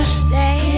stay